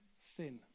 Sin